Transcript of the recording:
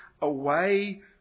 away